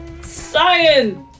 Science